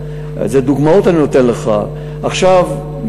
אני נותן לך דוגמאות.